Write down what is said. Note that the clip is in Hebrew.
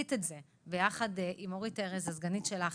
ועשית את זה ביחד עם אורית ארז, הסגנית שלך,